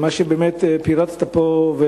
מה שפירטת פה,